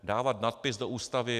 Dávat nadpis do ústavy je...